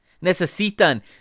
Necesitan